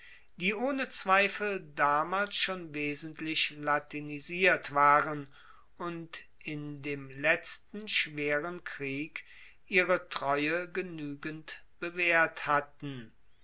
die ohne zweifel damals schon wesentlich latinisiert waren und in dem letzten schweren krieg ihre treue genuegend bewaehrt hatten